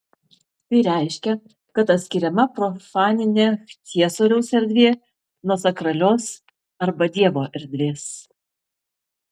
tai reiškia kad atskiriama profaninė ciesoriaus erdvė nuo sakralios arba dievo erdvės